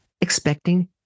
expecting